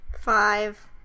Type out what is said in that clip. Five